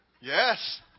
Yes